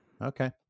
Okay